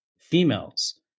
females